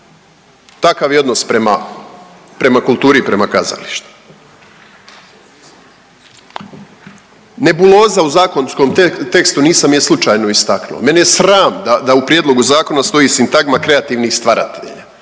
Takav je odnos prema kulturi i prema kazalištu. Nebuloza u zakonskom tekstu, nisam je slučajno istaknuo. Mene je sram da u prijedlog zakona stoji sintagma kreativnih stvaratelja.